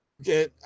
Okay